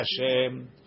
Hashem